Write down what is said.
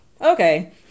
okay